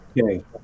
Okay